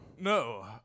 No